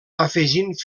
afegint